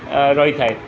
ରହିଥାଏ